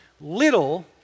little